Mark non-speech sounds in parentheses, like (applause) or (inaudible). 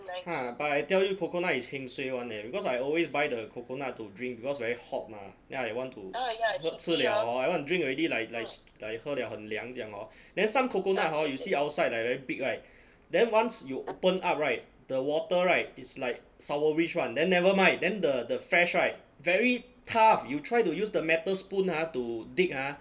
ah but I tell you coconut is heng suay [one] eh because I always buy the coconut to drink because very hot mah then I want to (noise) 吃了 hor I want to drink already like like like 喝了很凉这样 orh then some coconut hor you see outside like very big [right] then once you open up [right] the water [right] is like sourish [one] then never mind then the the flesh [right] very tough you try to use the metal spoon ha to dig ah